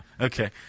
Okay